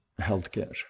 healthcare